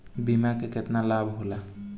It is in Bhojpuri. बीमा के केतना लाभ होला?